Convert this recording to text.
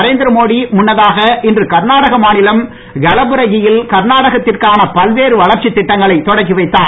நரேந்திரமோடி முன்னதாக இன்று கர்நாடகா மாநிலம் கலபுரகி யில் கர்நாடகத்திற்கான பல்வேறு வளர்ச்சித் திட்டங்களை தொடக்கி வைத்தார்